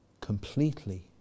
completely